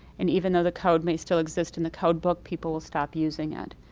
and even though the code may still exist in the code book, people will stop using it.